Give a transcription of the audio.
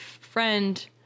friend